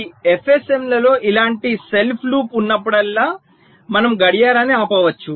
ఈ FSM లలో ఇలాంటి సెల్ఫ్ లూప్ ఉన్నప్పుడల్లా మనము గడియారాన్ని ఆపవచ్చు